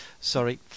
sorry